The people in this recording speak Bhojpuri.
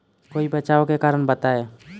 कोई बचाव के कारण बताई?